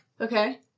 Okay